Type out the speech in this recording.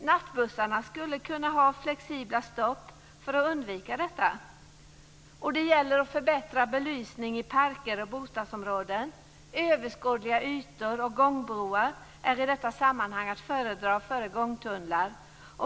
Nattbussarna skulle kunna ha flexibla stopp för att undvika detta. Det gäller att förbättra belysning i parker och bostadsområden. Överskådliga ytor och gångbroar är i detta sammanhang att föredra före gångtunnlar.